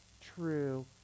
true